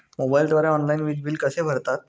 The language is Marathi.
मोबाईलद्वारे ऑनलाईन वीज बिल कसे भरतात?